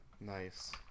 Nice